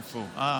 אה.